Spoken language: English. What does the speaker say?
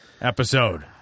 episode